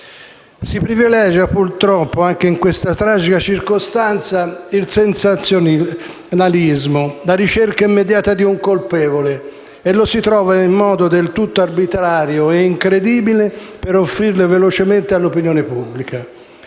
Si privilegia purtroppo, anche in questa tragica circostanza, il sensazionalismo, la ricerca immediata di un colpevole e lo si trova in modo del tutto arbitrario e incredibile per offrirlo velocemente all'opinione pubblica.